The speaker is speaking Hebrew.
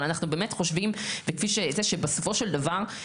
אבל אנחנו באמת חושבים שבסופו של דבר,